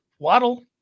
Waddle